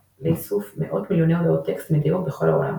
לאיסוף מאות מיליוני הודעות טקסט מדי יום בכל העולם.